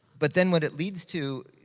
but then, what it leads to.